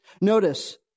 Notice